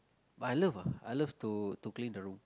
I love ah I love to to clean the room